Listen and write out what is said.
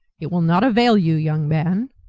it will not avail you, young man.